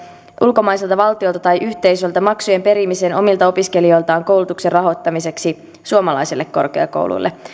ulkomaiselta valtiolta tai yhteisöltä maksujen perimisen omilta opiskelijoiltaan koulutuksen rahoittamiseksi suomalaisille korkeakouluille